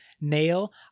Nail